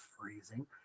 freezing